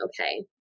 okay